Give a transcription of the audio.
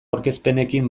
aurkezpenekin